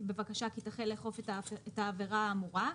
בבקשה כי תחל לאכוף את העבירה האמורה.